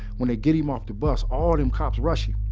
when they get him off the bus, all them cops rush you.